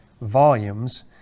volumes